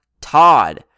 Todd